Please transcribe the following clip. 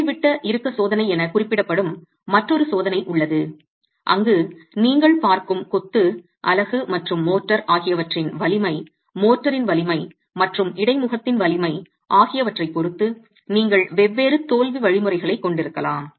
மூலைவிட்ட இறுக்கம் சோதனை என குறிப்பிடப்படும் மற்றொரு சோதனை உள்ளது அங்கு நீங்கள் பார்க்கும் கொத்து அலகு மற்றும் மோர்டார் ஆகியவற்றின் வலிமை மோர்டாரின் வலிமை மற்றும் இடைமுகத்தின் வலிமை ஆகியவற்றைப் பொறுத்து நீங்கள் வெவ்வேறு தோல்வி வழிமுறைகளைக் கொண்டிருக்கலாம்